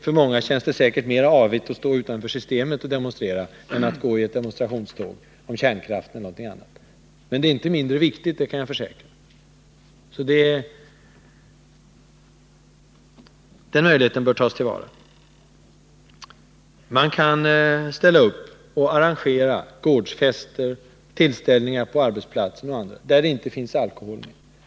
För många känns det säkert mera avigt att stå utanför systemet och demonstrera än att gå i ett demonstrationståg mot kärnkraft, men det är inte mindre viktigt. Man kan ställa upp och arrangera gårdsfester, tillställningar på arbetsplatser och andra ställen, utan servering av alkohol.